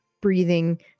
breathing